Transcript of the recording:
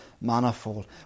manifold